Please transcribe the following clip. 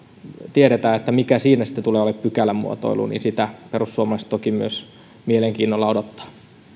mikä siinä sitten tulee olemaan pykälämuotoilu myös perussuomalaiset sitä toki mielenkiinnolla odottavat